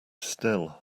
still